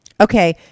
Okay